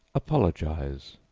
apologize,